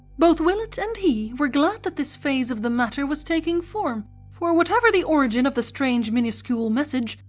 both willett and he were glad that this phase of the matter was taking form, for whatever the origin of the strange minuscule message,